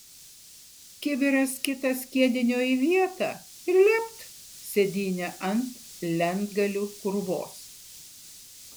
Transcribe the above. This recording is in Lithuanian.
kibiras kitas skiedinio į vietą ir lept sėdynę ant lentgalių krūvos